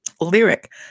lyric